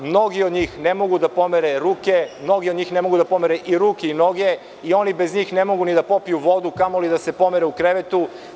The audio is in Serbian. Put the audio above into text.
Mnogi od njih ne mogu da pomere ruke, mnogi od njih ne mogu da pomere i ruke i noge i oni bez njih ne mogu da popiju vodu, kamoli da se pomere u krevetu.